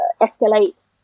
escalate